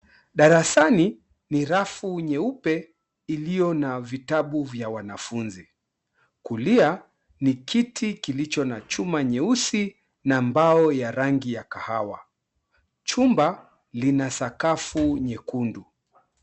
Darasani, ni rafu nyeupe iliyo na vitabu vya wanafunzi. Kulia, ni kiti kilicho na chuma nyeusi na mbao ya rangi ya kahawa. Chumba lina sakafu nyekundu.